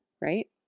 Right